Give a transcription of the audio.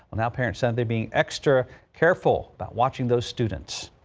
um now parents said they be extra careful but watching those students.